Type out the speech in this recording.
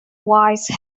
wise